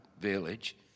village